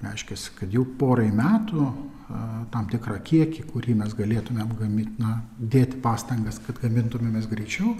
reiškęs kad jau porą metų a tam tikrą kiekį kurį mes galėtumėm gaminti na dėti pastangas kad gamintumėmės greičiau